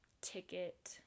ticket